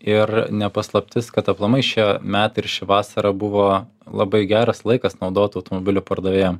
ir ne paslaptis kad aplamai šie metai ir ši vasara buvo labai geras laikas naudotų automobilių pardavėjam